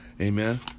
amen